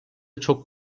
çok